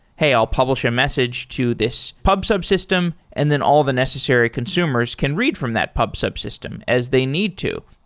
hey, i'll publish a message to this pub sub system, and then all the necessary consumers can read from that pub sub system as they need to.